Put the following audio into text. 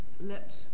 let